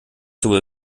sowohl